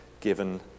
given